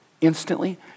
instantly